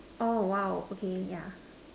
orh !wow! okay yeah